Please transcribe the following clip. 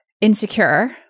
Insecure